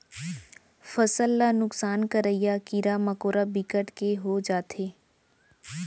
फसल ल नुकसान करइया कीरा मकोरा बिकट के हो जाथे